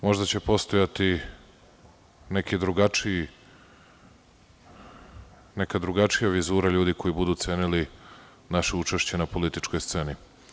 Možda će postojati neka drugačija vizura ljudi koji budu cenili naše učešće na političkoj sceni.